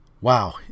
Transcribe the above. wow